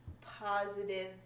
positive